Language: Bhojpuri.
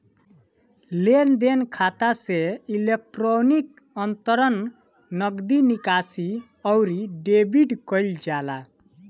लेनदेन खाता से इलेक्ट्रोनिक अंतरण, नगदी निकासी, अउरी डेबिट कईल जाला